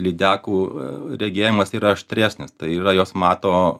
lydekų regėjimas yra aštresnis tai yra jos mato